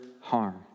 harm